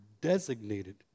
designated